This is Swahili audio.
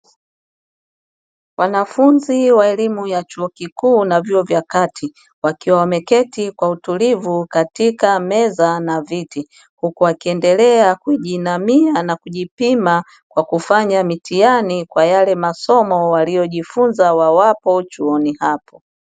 Wanafunzi wa elimu ya chuo kikuu na vyuo vya kati wakiwa wameketi kwa utulivu katika meza na viti, huku akiendelea kijiinamia na kujipima kwa kufanya mitihani, kwa yale masomo waliojifunza wawapo chuoni hapo.